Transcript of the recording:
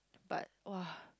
but !wah!